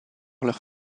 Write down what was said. leurs